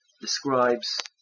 describes